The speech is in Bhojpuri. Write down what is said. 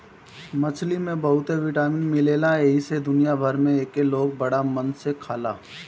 मछरी में बहुते विटामिन मिलेला एही से दुनिया भर में एके लोग बड़ा मन से खाला